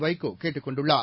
வைகோ கேட்டுக் கொண்டுள்ளார்